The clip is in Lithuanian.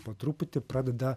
po truputį pradeda